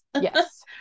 yes